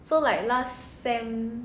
so like last sem